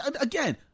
again